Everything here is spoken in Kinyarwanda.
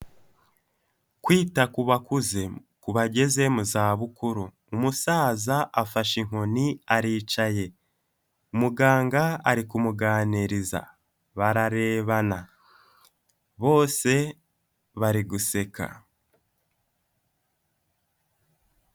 Kwita ku bakuze, ku bageze mu zabukuru, umusaza afashe inkoni aricaye, muganga ari kumuganiriza, bararebana, bose bariguseka.